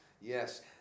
yes